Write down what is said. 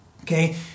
Okay